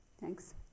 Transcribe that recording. thanks